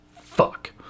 fuck